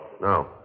No